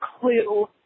clue